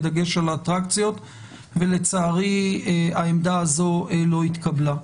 בדגש על האטרקציות ולצערי העמדה הזו לא התקבלה.